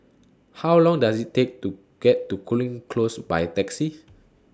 How Long Does IT Take to get to Cooling Close By Taxi